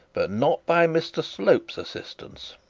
but not by mr slope's assistance.